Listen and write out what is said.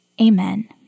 Amen